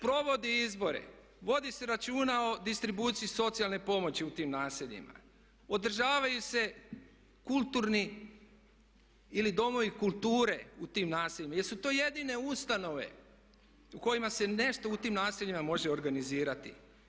Provodi izbore, vodi se računa o distribuciji socijalne pomoći u tim naseljima, održavaju se kulturni ili domovi kulture u tim naseljima jer su to jedine ustanove u kojima se nešto u tim naseljima može osigurati.